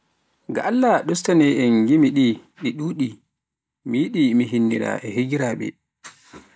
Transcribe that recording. Ga Allah ɗustanee en gimi ɗi ɗi ɗuɗi, mi yiɗi mi hinnira e higiraabe.